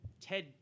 Ted